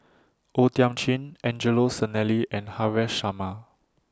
O Thiam Chin Angelo Sanelli and Haresh Sharma